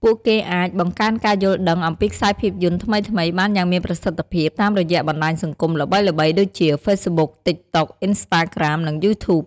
ពួកគេអាច បង្កើនការយល់ដឹង អំពីខ្សែភាពយន្តថ្មីៗបានយ៉ាងមានប្រសិទ្ធភាពតាមរយៈបណ្ដាញសង្គមល្បីៗដូចជា ហ្វេសប៊ុក (Facebook), តិកតុក (TikTok), អុីនស្តាក្រាម (Instagram), និង យូធូប (YouTube)។